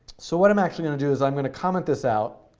so what i'm actually going to do is i'm going to comment this out.